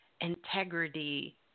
integrity